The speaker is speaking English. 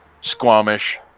Squamish